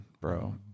bro